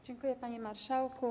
Dziękuję, panie marszałku.